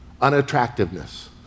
unattractiveness